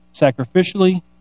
sacrificially